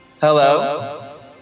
hello